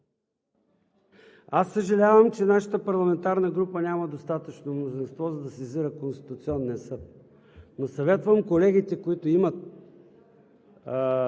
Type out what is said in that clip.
Аз съжалявам, че нашата парламентарна група няма достатъчно мнозинство, за да сезира Конституционния съд. Но съветвам колегите, които имат